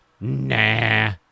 Nah